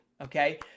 okay